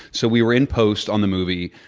so we were in posts on the movie.